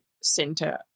center